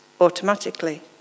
automatically